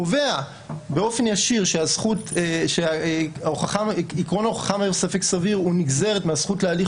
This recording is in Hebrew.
קובע באופן ישיר שעיקרון ההוכחה מעל ספק סביר הוא נגזרת מהזכות להליך